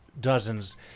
dozens